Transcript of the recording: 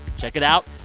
check it out.